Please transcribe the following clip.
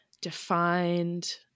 defined